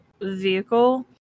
vehicle